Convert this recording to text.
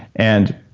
and